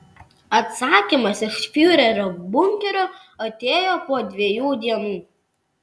atsakymas iš fiurerio bunkerio atėjo po dviejų dienų